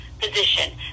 position